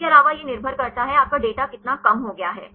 इसके अलावा यह निर्भर करता है आपका डेटा कितना कम हो गया है